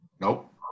nope